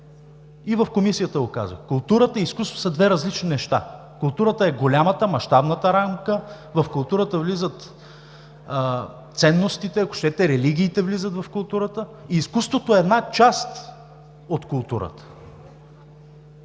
И в Комисията го казах – културата и изкуството са две различни неща. Културата е голямата, мащабната рамка. В нея влизат ценностите. Ако щете, религиите влизат в културата. Изкуството е една част от културата.